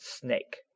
snake